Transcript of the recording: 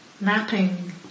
napping